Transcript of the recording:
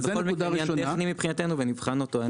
זה בכל מקרה עניין טכני מבחינתנו ונבחן אותו.